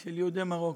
של יהודי מרוקו.